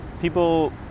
people